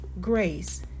grace